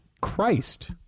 Christ